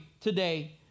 today